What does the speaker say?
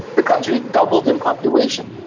the country doubled in population.